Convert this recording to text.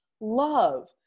love